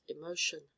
emotion